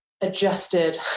adjusted